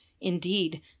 Indeed